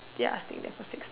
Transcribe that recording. ya I think that for six